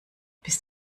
bist